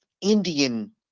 Indian